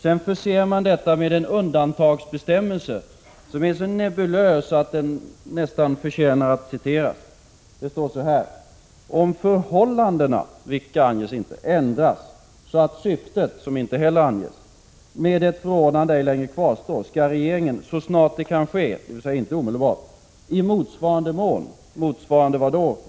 Sedan förser man det hela med en undantagsbestämmelse, som är så nebulös att den nästan förtjänar att citeras. Där står: Om förhållandena — vilka anges inte — ändras, så att syftet — som inte heller anges — med ett förordnande ej längre kvarstår, skall regeringen så snart det kan ske — dvs. inte omedelbart — i motsvarande mån — motsvarande vad då?